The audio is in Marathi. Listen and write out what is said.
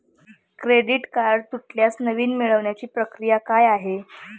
क्रेडिट कार्ड तुटल्यास नवीन मिळवण्याची प्रक्रिया काय आहे?